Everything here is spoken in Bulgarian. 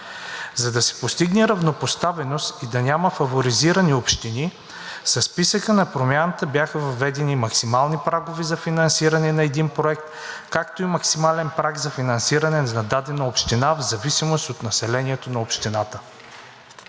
За да се постигне равнопоставеност и да няма фаворизирани общини, със списъка на Промяната бяха въведени максимални прагове за финансиране на един проект, както и максимален праг за финансиране на дадена община в зависимост от населението на общината.